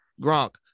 Gronk